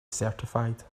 certified